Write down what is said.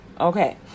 Okay